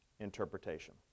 interpretation